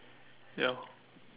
ya